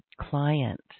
client